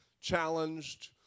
challenged